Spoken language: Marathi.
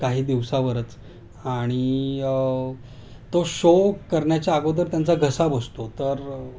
काही दिवसावरच आणि तो शो करण्याच्या अगोदर त्यांचा घसा बसतो तर